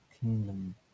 kingdom